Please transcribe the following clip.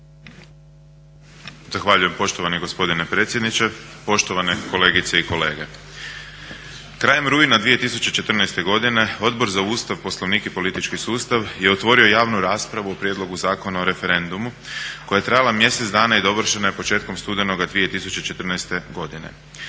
Zahvaljujem poštovani gospodine predsjedniče, poštovane kolegice i kolege. Krajem rujna 2014. godine Odbor za Ustav, Poslovnik i politički sustav je otvorio javnu raspravu o Prijedlogu zakona o referendumu koja je trajala mjesec dana i dovršena je početkom studenoga 2014. godine.